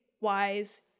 wise